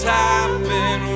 happen